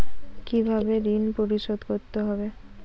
কিভাবে ঋণ পরিশোধ করতে হবে?